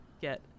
get